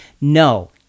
no